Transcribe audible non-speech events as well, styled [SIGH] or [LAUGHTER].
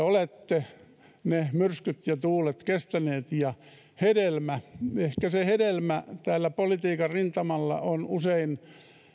[UNINTELLIGIBLE] olette myrskyt ja tuulet kestäneet ja ehkä sitä hedelmää täällä politiikan rintamalla on usein